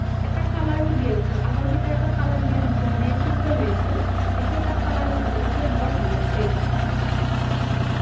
এটা কালাৰো দিয়ে ওঠত আগৰ কেইটাৰ একো কালাৰ দিয়া নাছিলে এনে ছিম্পল হৈ আছিল এতিয়া এটা কালাৰো দিছে গতিকে বৰ ভাল লাগিছে এইকেইটা